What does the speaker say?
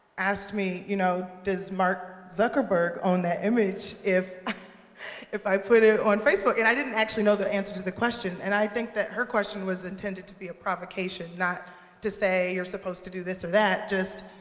asked me, you know does mark zuckerberg own that image if if i put it on facebook? and i didn't actually know the answer to the question, and i think that her question was intended to be a provocation not to say, you're supposed to do this or that, just,